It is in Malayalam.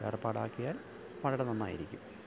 ഏർപ്പാടാക്കിയാൽ വളരെ നന്നായിരിക്കും